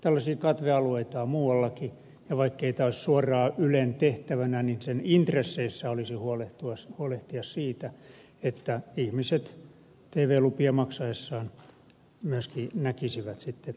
tällaisia katvealueita on muuallakin ja vaikkei tämä olisi suoraan ylen tehtävänä niin sen intresseissä olisi huolehtia siitä että ihmiset tv lupia maksaessaan myöskin näkisivät sitten ylen kanavia